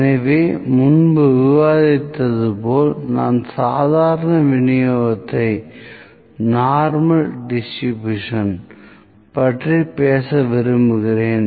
எனவே முன்பு விவாதித்தது போல நான் சாதாரண விநியோகத்தை பற்றி பேச விரும்புகிறேன்